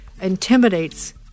intimidates